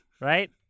Right